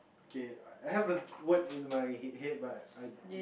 K I have the word in my head head but I